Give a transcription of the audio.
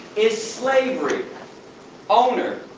is slavery owner,